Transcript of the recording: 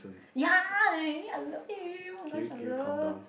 ya eh I love it [oh]-my-gosh I love